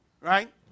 right